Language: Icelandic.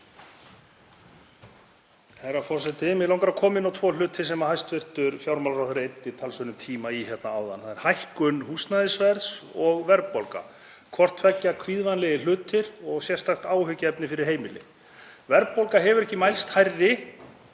Herra forseti. Mig langar að koma inn á tvo hluti sem hæstv. fjármálaráðherra eyddi talsverðum tíma í hérna áðan. Það er hækkun húsnæðisverðs og verðbólga, hvort tveggja kvíðvænlegir hlutir og sérstakt áhyggjuefni fyrir heimilin. Verðbólga hefur ekki mælst hærri